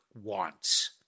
wants